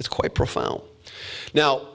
it's quite profound now